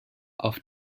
auf